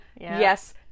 yes